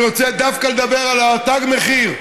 אני רוצה דווקא לדבר על תג מחיר,